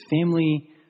family